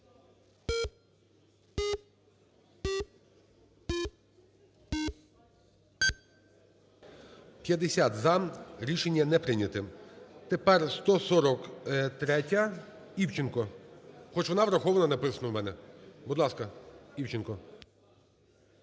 За-50 Рішення не прийнято. Тепер, 143-я, Івченко, хоч вона врахована, написано у мене. Будь ласка, Івченко.